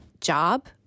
job